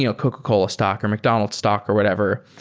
you know coca cola stock, or mcdonald's stock, or whatever.